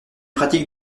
pratique